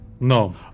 No